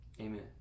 Amen